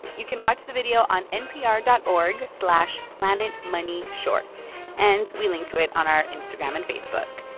you can watch the video on npr dot org slash planetmoneyshorts, and we link to it on our instagram and facebook.